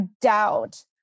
doubt